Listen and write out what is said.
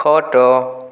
ଖଟ